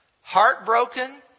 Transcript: heartbroken